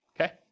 okay